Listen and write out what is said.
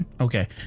okay